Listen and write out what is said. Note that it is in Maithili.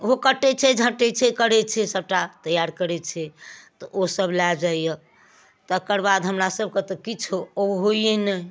ओहो कटै छै झटै छै करै छै सभटा तैयार करै छै तऽ ओ सभ लए जाइ यऽ तकर बाद तऽ हमरा सभके तऽ किछु हौ ओ होइए नहि